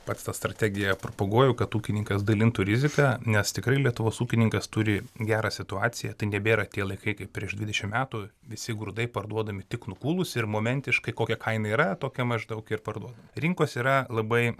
pats tą strategiją propaguoju kad ūkininkas dalintų riziką nes tikrai lietuvos ūkininkas turi gera situacija tai nebėra tie laikai kaip prieš dvidešimt metų visi grūdai parduodami tik nukūlus ir momentiškai kokia kaina yra tokia maždaug ir parduoda rinkos yra labai